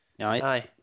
Aye